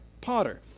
potter